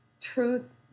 Truth